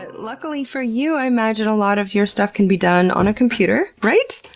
luckily for you, i imagine a lot of your stuff can be done on a computer, right?